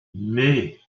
nee